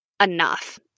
enough